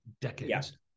decades